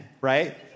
right